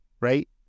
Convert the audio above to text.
right